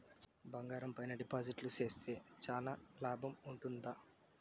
బంగారం పైన డిపాజిట్లు సేస్తే చానా లాభం ఉంటుందా?